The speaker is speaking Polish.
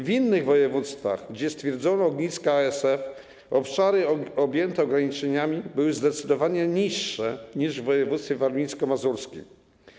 W innych województwach, gdzie odkryto ogniska ASF, obszary objęte ograniczeniami były zdecydowanie mniejsze niż w województwie warmińsko-mazurskim.